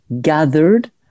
gathered